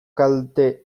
kalte